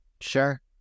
Sure